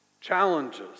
challenges